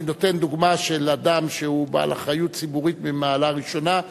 אני נותן דוגמה של אדם שהוא בעל אחריות ציבורית ממעלה ראשונה,